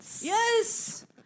Yes